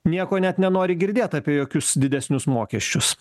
nieko net nenori girdėt apie jokius didesnius mokesčius